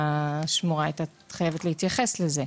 והשמורה הייתה חייבת להתייחס לזה.